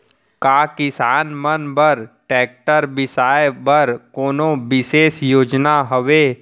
का किसान मन बर ट्रैक्टर बिसाय बर कोनो बिशेष योजना हवे?